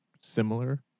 similar